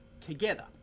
together